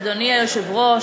אדוני היושב-ראש,